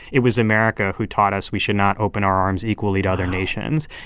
it was america who taught us we should not open our arms equally to other nations.